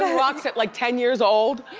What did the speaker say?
rocks at like ten years old?